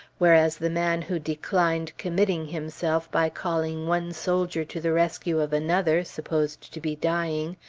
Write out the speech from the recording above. whereas the man who declined committing himself by calling one soldier to the rescue of another, supposed to be dying,